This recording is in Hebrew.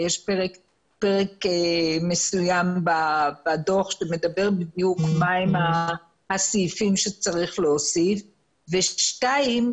ויש פרק מסוים בדו"ח שמדבר בדיוק מהם הסעיפים שצריך להוסיף ודבר שני,